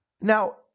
Now